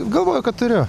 galvoju kad turiu